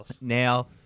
Now